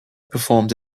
performed